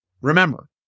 Remember